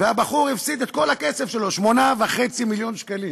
והבחור הפסיד את כל הכסף שלו, 8.5 מיליון שקלים,